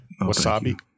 Wasabi